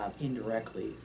indirectly